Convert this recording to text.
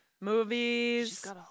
movies